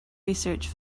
research